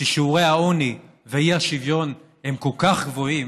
ששיעורי העוני והאי-שוויון בה הם כל כך גבוהים,